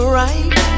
right